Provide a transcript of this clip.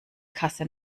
kasse